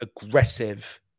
aggressive